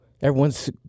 everyone's